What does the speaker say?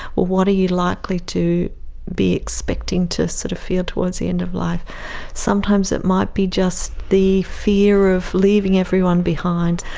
what are you likely to be expecting to sort of feel towards the end-of-life. sometimes it might be just the fear of leaving everyone behind,